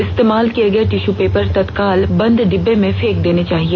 इस्तेमाल किये गये टिश्यू पेपर तत्काल बंद डिब्बों में फेंके जाने चाहिए